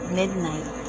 midnight